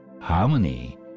harmony